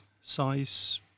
size